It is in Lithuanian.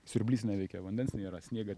siurblys neveikia vandens nėra sniegą